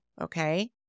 okay